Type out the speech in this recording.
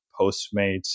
Postmates